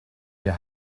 wir